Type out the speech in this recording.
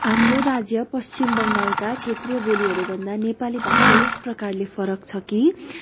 हाम्रो राज्य पश्चिम बङ्गालका क्षेत्रीय बोलीहरू भन्दा नेपाली भाषा यस प्रकारकाले फरक छ कि